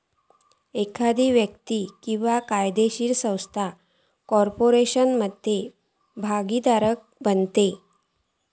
एखादो व्यक्ती किंवा कायदोशीर संस्था कॉर्पोरेशनात भागोधारक बनता